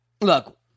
look